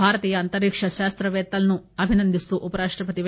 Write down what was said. భారతీయ అంతరిక్ష శాస్తవేత్తలను అభినందిస్తూ ఉపరాష్టపతి ఎం